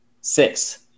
Six